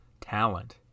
talent